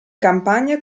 campagna